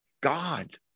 God